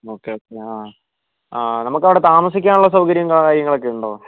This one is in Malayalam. ഓക്കേ ഓക്കേ ആ ആ നമുക്ക് അവിടെ താമസിക്കാനുള്ള സൗകര്യം കാര്യങ്ങളൊക്കെ ഉണ്ടോ